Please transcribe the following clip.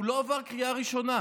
הוא לא עבר קריאה ראשונה.